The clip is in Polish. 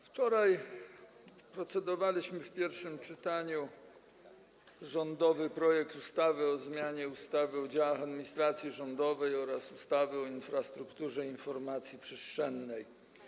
Wczoraj odbyło się pierwsze czytanie rządowego projektu ustawy o zmianie ustawy o działach administracji rządowej oraz ustawy o infrastrukturze informacji przestrzennej.